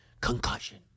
concussion